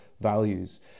values